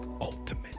Ultimate